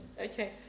okay